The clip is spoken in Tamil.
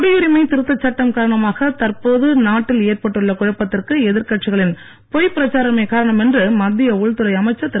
குடியுரிமை திருத்த சட்டம் காரணமாக தற்போது நாட்டில் ஏற்பட்டுள்ள குழப்பத்திற்கு எதிர்கட்சிகளின் பொய் பிரச்சாரமே காரணம் என்று மத்திய உள்துறை அமைச்சர் திரு